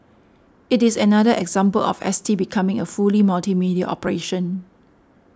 it is another example of S T becoming a fully multimedia operation